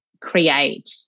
create